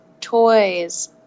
toys